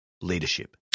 leadership